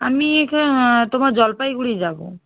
আমি তোমার জলপাইগুড়ি যাব